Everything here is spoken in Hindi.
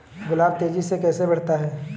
गुलाब तेजी से कैसे बढ़ता है?